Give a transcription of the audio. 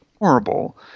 Horrible